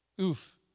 Oof